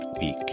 week